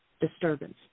disturbance